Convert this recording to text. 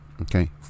okay